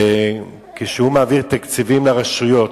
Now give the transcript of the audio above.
כשהוא מעביר תקציבים לרשויות,